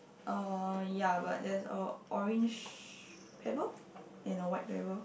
uh ya but there's a orange pebble and a white pebble